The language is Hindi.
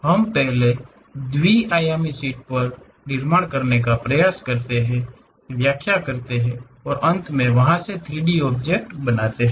हम पहले द्वि आयामी शीट पर निर्माण करने का प्रयास करते हैं व्याख्या करते हैं और अंत में वहां से 3 डी ऑब्जेक्ट बनाते हैं